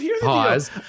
pause